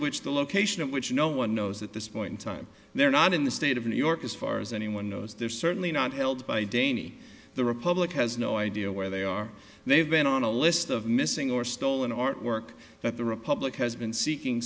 which the location of which no one knows at this point in time they're not in the state of new york as far as anyone knows they're certainly not held by dany the republic has no idea where they are they've been on a list of missing or stolen artwork that the republic has been seeking